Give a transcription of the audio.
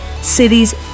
cities